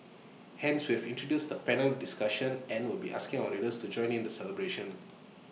hence we have introduced the panel discussion and will be asking our readers to join in the celebration